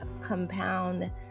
compound